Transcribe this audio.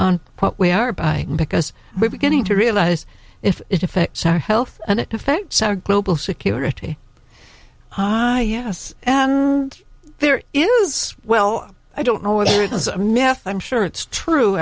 on what we are buying because we're beginning to realize if it affects our health and it affects our global security hi yes and there is well i don't know if there is a meth i'm sure it's true